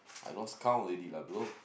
I lost count already lah bro